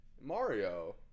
Mario